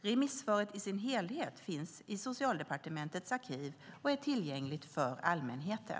Remissvaret i sin helhet finns i Socialdepartementets arkiv och är tillgängligt för allmänheten.